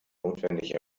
notwendig